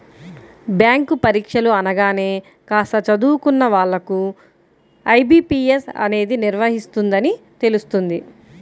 bank పరీక్షలు అనగానే కాస్త చదువుకున్న వాళ్ళకు ఐ.బీ.పీ.ఎస్ అనేది నిర్వహిస్తుందని తెలుస్తుంది